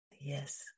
Yes